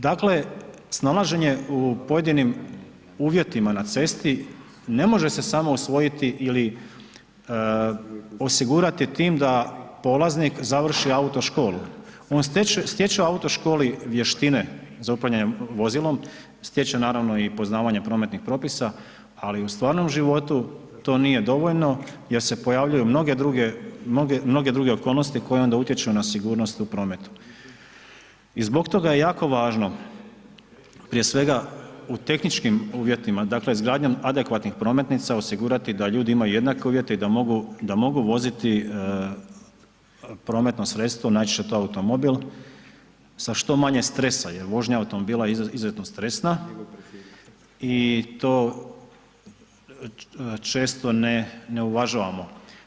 Dakle, snalaženje u pojedinim uvjetima na cesti ne može se samo usvojiti ili osigurati tim da polaznik završi autoškolu, on stječe u autoškoli vještine za upravljanje vozilom, stječe naravno i poznavanje prometnih propisa, ali u stvarnom životu to nije dovoljno jer se pojavljuju mnoge druge, mnoge druge okolnosti koje onda utječu na sigurnost u prometu i zbog toga je jako važno prije svega u tehničkim uvjetima, dakle izgradnjom adekvatnih prometnica osigurati da ljudi imaju jednake uvjete i da mogu, da mogu voziti prometno sredstvo, najčešće je to automobil, sa što manje stresa jer vožnja automobila je izuzetno stresna i to često ne, ne uvažavamo.